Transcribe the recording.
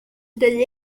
the